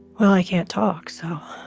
well, i can't talk, so